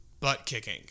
butt-kicking